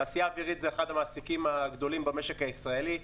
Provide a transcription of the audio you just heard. התעשייה האווירית זה אחד המעסיקים הגדולים במשק הישראלי,